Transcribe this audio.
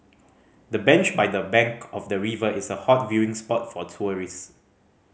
the bench by the bank of the river is a hot viewing spot for tourist